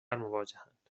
مواجهاند